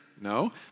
No